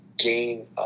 gain